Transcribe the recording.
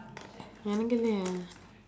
எனக்கு இல்லையே:enakku illaiyee